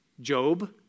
Job